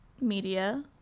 media